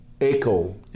echo